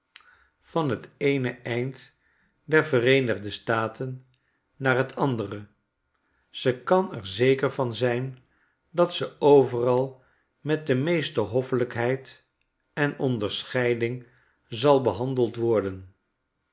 van t eene eind der vereenigde staten naar t andere zekanerzeker van zijn dat ze overal met de meeste hoffelijkheid en onderscheiding zal behandeld worden